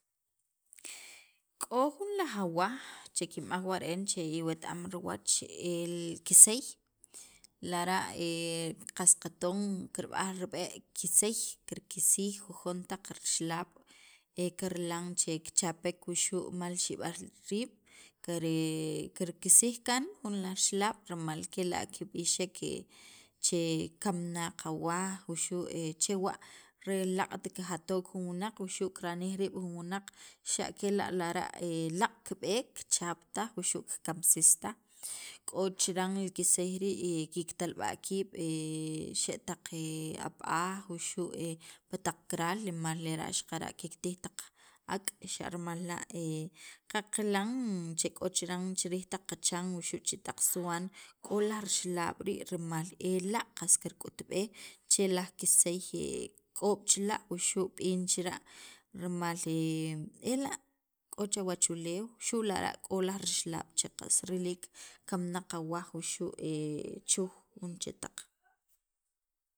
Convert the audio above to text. K'o jun laj awaj che kinb'aj wa re'en che iwet am riwach el kisey, lara' qas katon kirb'aj rib'e' kisey kirkisij jujon taq rixlab' e kirilan che kichapek wuxu' mal xib'al riib' kare kirkisij kaan jun laj rixalaab' rimal kela' kib'ixek che kamnaq awaj wuxu' chewa' re laaq't kijatok jun wunaq wuxu' kiranij riib' jun wunaq, xa' kela' lara' laaq' kib'eek kichap taj wuxu' kimansis taj, k'o chiran li kisey rii' kiktalb'a' riib' chi xe' taq ab'aj wuxu' pi taq karal rimal lera' xaqara' kiktij taq ak', xa' rimal la' qaqilan che k'o chiran chi riij taq qachan wuxu' chi' taq suwan k'o laj rixalab' rii' rimal ela' qas kirk'utb'ej che laj kisey k'ob' chira' wuxu' b'in chira' rimal ela' k'o chu wachuleew xu' lara' k'o laj rixalaab' che qas riliil kamnaq awaj wuxu' chuj jun chetaq